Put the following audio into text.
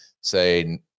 say